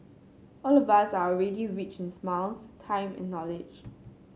all of us are already rich in smiles time and knowledge